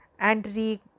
Andre